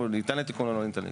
או ניתן לתיקון או לא ניתן לתיקון.